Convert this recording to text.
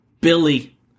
Billy